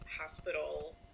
hospital